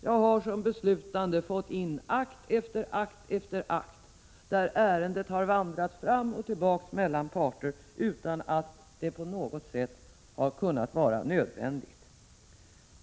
Jag har som beslutande fått in akt efter akt, där ärendet har vandrat fram och tillbaka mellan parter, utan att detta på något sätt varit nödvändigt.